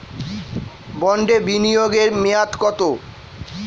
বন্ডে বিনিয়োগ এর মেয়াদ কত?